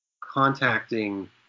contacting